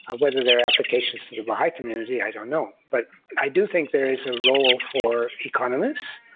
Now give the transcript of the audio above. ah whether there are applications to the baha'i community, i don't know, but i do think there is a role for economists,